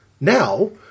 Now